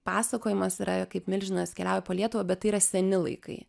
pasakojimas yra kaip milžinas keliauja po lietuvą bet yra seni laikai